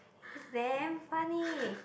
is damn funny